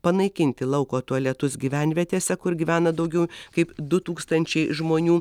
panaikinti lauko tualetus gyvenvietėse kur gyvena daugiau kaip du tūkstančiai žmonių